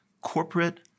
corporate